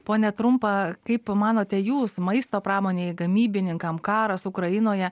pone trumpa kaip manote jūs maisto pramonei gamybininkam karas ukrainoje